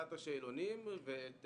הדפסת השאלונים ואת